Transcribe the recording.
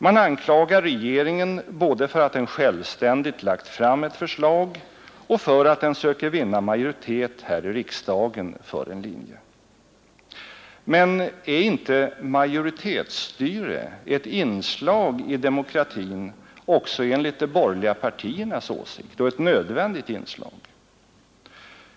Man anklagar regeringen både för att den självständigt lagt fram ett förslag och för att den söker vinna majoritet här i riksdagen för en linje. Men är inte majoritetsstyre ett inslag i demokratin — och ett nödvändigt inslag — också enligt de borgerliga partiernas åsikt?